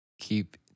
Keep